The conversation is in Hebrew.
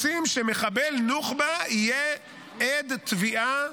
רוצים שמחבל נוח'בה יהיה עד תביעה